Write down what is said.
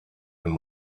and